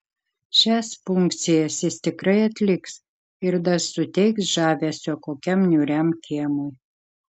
šias funkcijas jis tikrai atliks ir dar suteiks žavesio kokiam niūriam kiemui